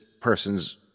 person's